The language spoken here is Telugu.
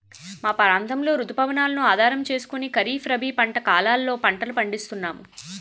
మా ప్రాంతంలో రుతు పవనాలను ఆధారం చేసుకుని ఖరీఫ్, రబీ కాలాల్లో పంటలు పండిస్తున్నాము